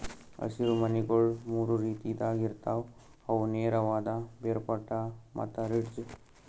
ಹಸಿರು ಮನಿಗೊಳ್ ಮೂರು ರೀತಿದಾಗ್ ಇರ್ತಾವ್ ಅವು ನೇರವಾದ, ಬೇರ್ಪಟ್ಟ ಮತ್ತ ರಿಡ್ಜ್